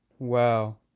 Wow